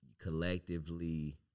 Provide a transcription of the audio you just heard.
collectively